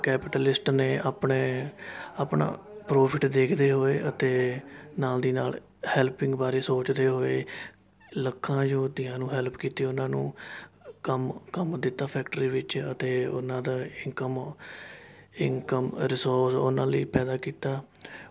ਇੱਕ ਕੈਪੀਟਲਿਸਟ ਨੇ ਆਪਣੇ ਆਪਣਾ ਪ੍ਰੋਫਿੱਟ ਦੇਖਦੇ ਹੋਏ ਅਤੇ ਨਾਲ ਦੀ ਨਾਲ ਹੈੱਲਪਿੰਗ ਬਾਰੇ ਸੋਚਦੇ ਹੋਏ ਲੱਖਾਂ ਯਹੂਦੀਆਂ ਨੂੰ ਹੈੱਲਪ ਕੀਤੀ ਉਹਨਾਂ ਨੂੰ ਕੰਮ ਕੰਮ ਦਿੱਤਾ ਫੈਕਟਰੀ ਵਿੱਚ ਅਤੇ ਉਹਨਾਂ ਦਾ ਇੰਨਕਮ ਇੰਨਕਮ ਰਿਸ੍ਰੋਸ ਉਹਨਾਂ ਲਈ ਪੈਦਾ ਕੀਤਾ